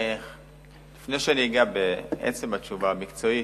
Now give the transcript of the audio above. לפני שאני אגע בתשובה המקצועית,